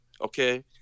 okay